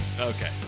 okay